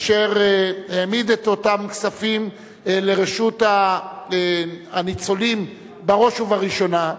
אשר העמיד את אותם כספים לרשות הניצולים בראש ובראשונה,